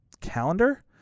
calendar